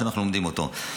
ואנחנו לומדים אותה.